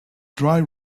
dry